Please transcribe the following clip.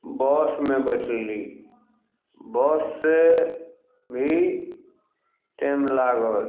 बसमे बैठली बससँ भी टाइम लागल